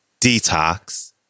Detox